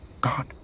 God